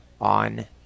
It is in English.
on